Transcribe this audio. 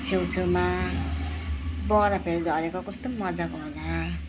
छेउछेउमा बरफहरू झरेको कस्तो मजाको होला